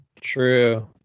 True